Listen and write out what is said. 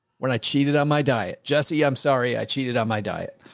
when i cheated on my diet, jesse, i'm sorry. i cheated on my diet,